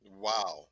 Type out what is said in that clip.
Wow